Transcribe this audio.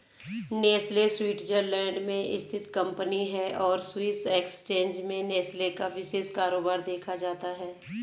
Nestle Switzerland में स्थित company है और स्विस एक्सचेंज में नेस्ले का विशेष कारोबार देखा जाता है